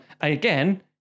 Again